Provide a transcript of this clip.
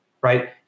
right